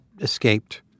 escaped